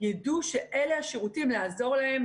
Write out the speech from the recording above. ידעו שאלה השירותים לעזור להם,